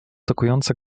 tokujące